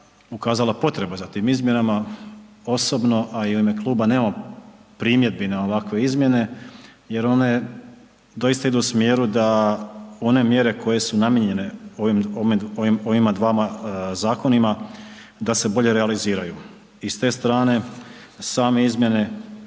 ukazala potreba za tim izmjenama osobno, a i u ime kluba nemamo primjedbi na ovakve izmjene jer one doista idu u smjeru da one mjere koje su namijenjene ovima dvama zakonima, da se bolje realiziraju i s te strane same izmjene,